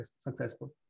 successful